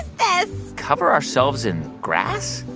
this? cover ourselves in grass?